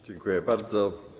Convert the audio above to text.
Dziękuję bardzo.